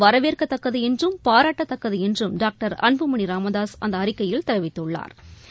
வரவேற்கத்தக்கதுஎன்றும் பாராட்டத்தக்கதுஎன்றும் doctor Anbumani Ramadoss இது அந்தஅறிக்கையில் தெரிவித்துள்ளாா